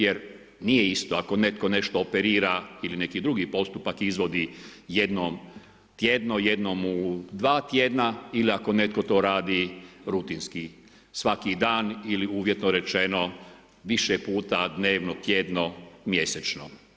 Jer nije isto ako netko nešto operira ili neki drugi postupak izvodi jednom tjednom, jednom u dva tjedna ili ako netko to radi rutinski, svaki dan ili uvjetno rečeno, više puta dnevno, tjedno mjesečno.